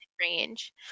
range